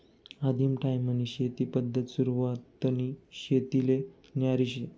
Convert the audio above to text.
आदिम टायीमनी शेती पद्धत सुरवातनी शेतीले न्यारी शे